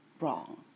wrong